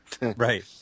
Right